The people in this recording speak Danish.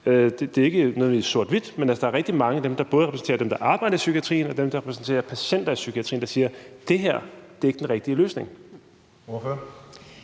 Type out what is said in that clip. Det er ikke nødvendigvis sort-hvidt. Men altså, der er rigtig mange både af dem, der repræsenterer dem, der arbejder i psykiatrien, og dem, der repræsenterer patienterne i psykiatrien, der siger, at det her ikke er den rigtige løsning. Kl.